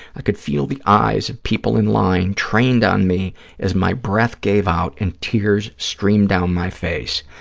i could feel the eyes of people in line trained on me as my breath gave out and tears streamed down my face.